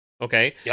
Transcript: Okay